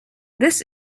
this